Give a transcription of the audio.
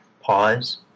pause